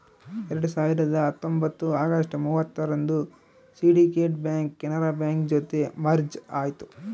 ಎರಡ್ ಸಾವಿರದ ಹತ್ತೊಂಬತ್ತು ಅಗಸ್ಟ್ ಮೂವತ್ತರಂದು ಸಿಂಡಿಕೇಟ್ ಬ್ಯಾಂಕ್ ಕೆನರಾ ಬ್ಯಾಂಕ್ ಜೊತೆ ಮರ್ಜ್ ಆಯ್ತು